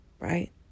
Right